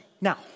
Now